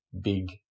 big